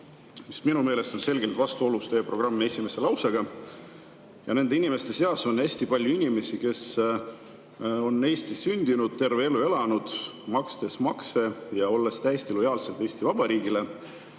mis minu meelest on selgelt vastuolus teie programmi esimese lausega. Nende inimeste seas on hästi palju inimesi, kes on Eestis sündinud ja terve elu siin elanud, makstes makse ja olles täiesti lojaalsed Eesti Vabariigile.